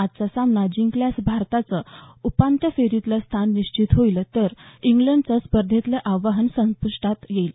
आजचा सामना जिंकल्यास भारताचं उपांत्य फेरीतलं स्थान निश्चित होईल तर इंग्लंडचं स्पर्धेतलं आव्हान संपुष्टात येईल